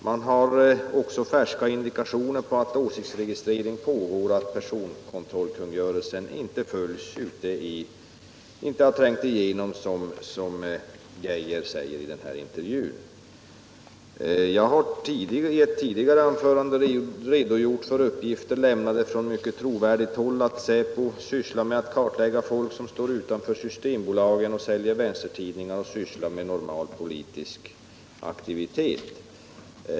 Man har också färska indikationer på att åsiktsregistrering pågår och att personkontrollskungörelsen inte har trängt igenom, som Geijer säger i den nämnda intervjun. Jag har i ett tidigare anförande redogjort för uppgifter, lämnade från mycket trovärdigt håll, att säpo sysslar med att kartlägga folk som står utanför systembolagen och säljer vänstertidningar och ägnar sig åt normal politisk aktivitet.